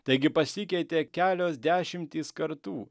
taigi pasikeitė kelios dešimtys kartų